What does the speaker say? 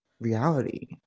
reality